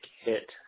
hit